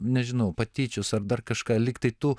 nežinau patyčios ar dar kažką lygtai tu